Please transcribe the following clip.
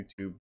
YouTube